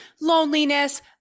loneliness